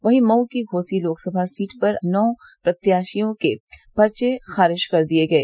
वहीं मऊ की घोसी लोकसभा सीट पर नौ प्रत्याशियों के पर्चे खारिज कर दिये गये